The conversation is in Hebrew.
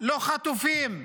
לא חטופים,